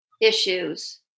issues